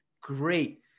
Great